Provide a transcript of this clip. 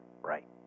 Right